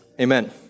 amen